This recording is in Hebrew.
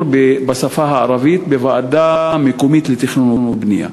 בשפה הערבית בוועדה מקומית לתכנון ובנייה.